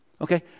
Okay